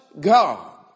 God